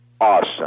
awesome